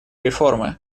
реформы